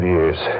Years